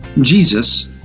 Jesus